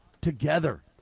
together